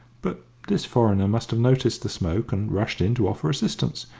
but this foreigner must have noticed the smoke and rushed in to offer assistance,